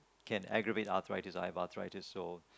can aggravate athritis i have athritis so